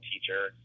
teacher